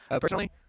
personally